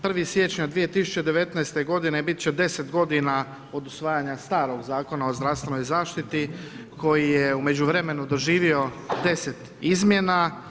1. siječnja 2019. godine biti će 10 godina od usvajanja starog Zakona o zdravstvenoj zaštiti koji je u međuvremenu doživio 10 izmjena.